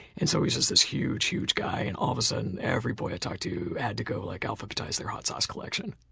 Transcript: and so he's this this huge, huge guy and all of a sudden every boy i talked to had to go like, alphabetize their hot sauce collection.